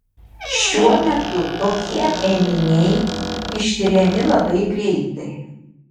šiuo metu tokie ėminiai ištiriami labai greitai